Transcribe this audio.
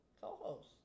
co-host